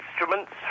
instruments